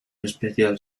especial